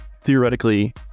theoretically